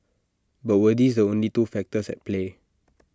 but were these the only two factors at play